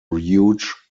huge